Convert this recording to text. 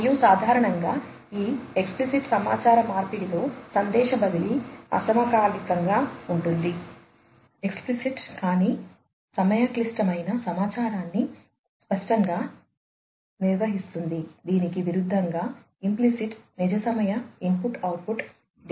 మరియు సాధారణంగా ఈ ఎక్సప్లిసిట్ సమాచార మార్పిడిలో సందేశ బదిలీ అసమకాలికంగా ఉంటుంది